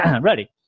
ready